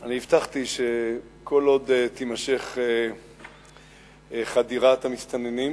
אני הבטחתי שכל עוד תימשך חדירת המסתננים,